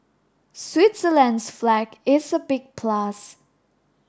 Switzerland's flag is a big plus